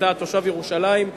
אתה תושב ירושלים,